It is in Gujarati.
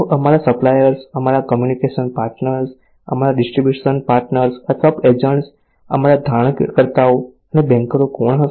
અમારા સપ્લાયર્સ અમારા કમ્યુનિકેશન પાર્ટનર્સ અમારા ડિસ્ટ્રિબ્યુશન પાર્ટનર્સ અથવા એજન્ટ્સ અમારા ધિરાણકર્તાઓ અને બેન્કરો કોણ હશે